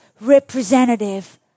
representative